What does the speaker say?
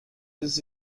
does